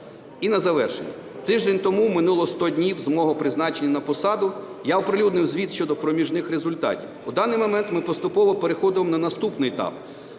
І на завершення. Тиждень тому минуло 100 днів з мого призначення на посаду, я оприлюднив звіт щодо проміжних результатів. В даний момент ми поступово переходимо на наступний етап